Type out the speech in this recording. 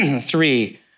three